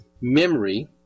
memory